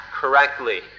correctly